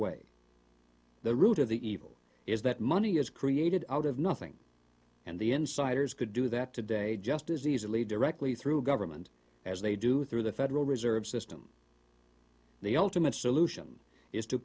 way the root of the evil is that money is created out of nothing and the insiders could do that today just as easily directly through government as they do through the federal reserve system the ultimate solution is to